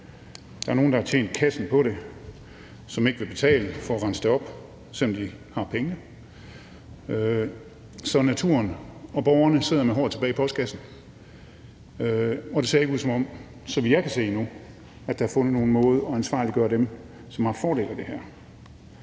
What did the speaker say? Der er nogle, der har tjent kassen på det, og som ikke vil betale for at rense det op, selv om de har pengene. Så naturen og borgerne sidder tilbage med håret i postkassen, og så vidt jeg kan se, ser det ikke ud, som om der endnu er fundet nogen måde at ansvarliggøre dem, som har haft fordel af det her.